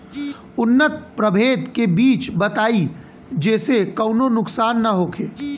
उन्नत प्रभेद के बीज बताई जेसे कौनो नुकसान न होखे?